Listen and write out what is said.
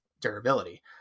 durability